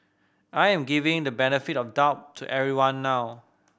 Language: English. I am giving the benefit of the doubt to everyone now